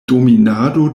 dominado